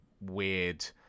weird